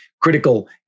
Critical